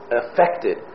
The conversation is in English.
affected